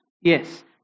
Yes